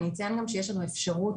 אציין גם שיש לנו אפשרות